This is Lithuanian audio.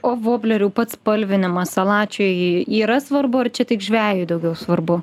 o voblerių pats spalvinimas salačiui yra svarbu ar čia tik žvejui daugiau svarbu